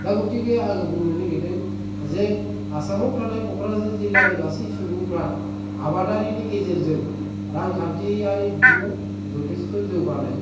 दा गुथिके आङो बुंनो नागिरदों जे आसामाव थानाय क'क्राझार जिल्लानि गासै सुबुंफ्रा आबादारिनि गेजेरजों रांखान्थियारि बिथिङाव जथेस्थ' जौगानाय